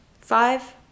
Five